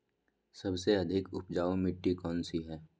सबसे अधिक उपजाऊ मिट्टी कौन सी हैं?